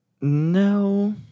no